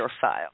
file